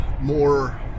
more